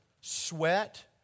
sweat